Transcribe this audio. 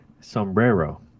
Sombrero